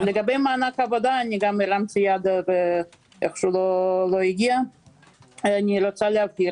לגבי מענק עבודה, אני רוצה להבהיר